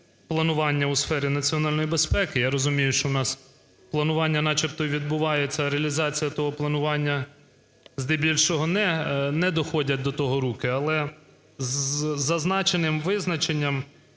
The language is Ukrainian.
планування у сфері національної безпеки. Я розумію, що у нас планування, начебто, відбувається, реалізація того планування… здебільшого не доходять до того руки, але з зазначеним визначенням